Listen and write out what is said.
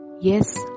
Yes